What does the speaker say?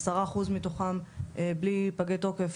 10% מתוכם בלי פגי תוקף.